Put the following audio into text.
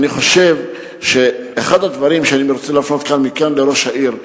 אני חושב שאחד הדברים שאני רוצה להפנות מכאן לראש העיר,